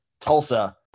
Tulsa